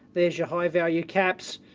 there's your high value caps.